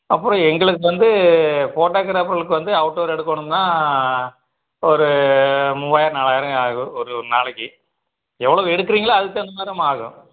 அப்புறம் எங்களுக்கு வந்து ஃபோட்டோகிராஃபர்ளுக்கு வந்து அவுட் டோர் எடுக்கணும்னா ஒரு மூவாயிரம் நாலாயிரம் ஆகும் ஒரு ஒர் நாளைக்கு எவ்வளோவுக்கு எடுக்கறிங்ளோ அதுக்கு தகுந்த மாதிரி தான் மாறும்